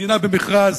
במדינה במכרז,